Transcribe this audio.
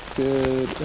good